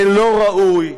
זה לא ראוי,